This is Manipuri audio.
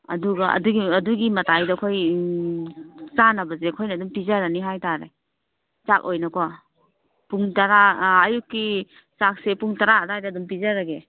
ꯑꯗꯨꯒ ꯑꯗꯨꯒꯤ ꯃꯇꯥꯏꯗ ꯑꯩꯈꯣꯏ ꯆꯥꯅꯕꯁꯤ ꯑꯩꯈꯣꯏꯅ ꯑꯗꯨꯝ ꯄꯤꯖꯔꯅꯤ ꯍꯥꯏꯇꯥꯔꯦ ꯆꯥꯛ ꯑꯣꯏꯅꯀꯣ ꯄꯨꯡ ꯇꯔꯥ ꯑꯥ ꯑꯌꯨꯛꯀꯤ ꯆꯥꯛꯁꯦ ꯄꯨꯡ ꯇꯔꯥ ꯑꯗꯨꯋꯥꯏꯗ ꯑꯗꯨꯝ ꯄꯤꯖꯔꯒꯦ